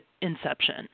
inception